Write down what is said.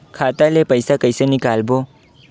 खाता ले पईसा कइसे निकालबो?